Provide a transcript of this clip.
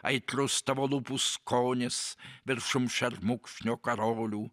aitrus tavo lūpų skonis viršum šermukšnio karolių